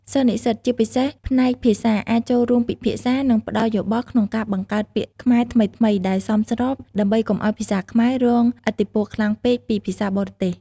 សិស្សនិស្សិត ជាពិសេសផ្នែកភាសា អាចចូលរួមពិភាក្សា និងផ្តល់យោបល់ក្នុងការបង្កើតពាក្យខ្មែរថ្មីៗដែលសមស្រប ដើម្បីកុំឱ្យភាសាខ្មែររងឥទ្ធិពលខ្លាំងពេកពីភាសាបរទេស។